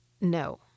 No